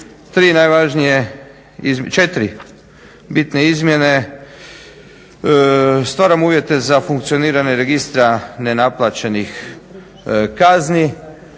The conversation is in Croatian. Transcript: najvažnije, četiri bitne izmjene, stvaramo uvjete za funkcioniranje Registra nenaplaćenih kazni,